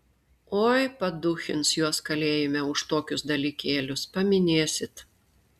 oi paduchins juos kalėjime už tokius dalykėlius paminėsit